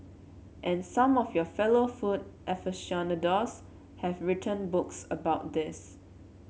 and some of your fellow food aficionados have written books about this